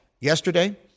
yesterday